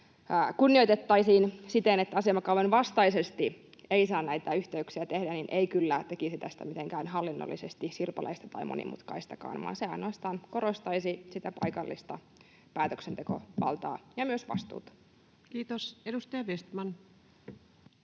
kunnioitettaisiin siten, että asemakaavan vastaisesti ei saa näitä yhteyksiä tehdä, ei kyllä tekisi tästä mitenkään hallinnollisesti sirpaleista tai monimutkaistakaan, vaan se ainoastaan korostaisi sitä paikallista päätöksentekovaltaa ja myös vastuuta. [Speech 246] Speaker: